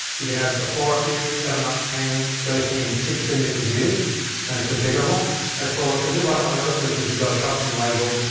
you can have four up view, seven up, ten, thirteen, and sixteen different views and it's configurable. and of course a bit like some of the other switchers, you've got a custom label,